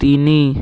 ତିନ